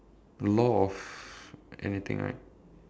law of anything right